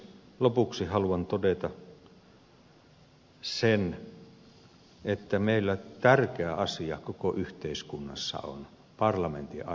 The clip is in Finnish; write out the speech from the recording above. lopuksi haluan todeta sen että meillä tärkeä asia koko yhteiskunnassa on parlamentin arvovallan säilyttäminen